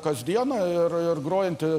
kasdieną ir ir grojantį